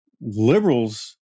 liberals